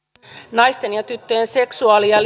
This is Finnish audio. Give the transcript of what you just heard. naisten ja tyttöjen seksuaali ja